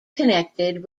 connected